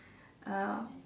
um